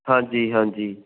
ਹਾਂਜੀ ਹਾਂਜੀ